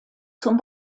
zum